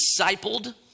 discipled